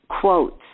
quotes